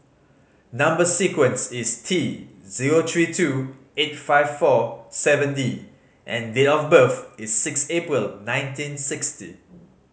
number sequence is T zero three two eight five four seven D and date of birth is six April nineteen sixty